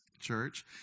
church